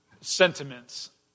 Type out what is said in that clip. sentiments